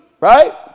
Right